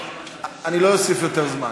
אני לא אוסיף יותר זמן.